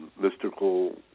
mystical